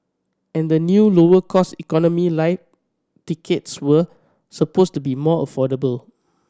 and the new lower cost Economy Lite tickets were supposed to be more affordable